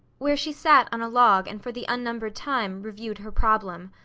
where she sat on a log, and for the unnumbered time, reviewed her problem.